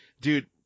Dude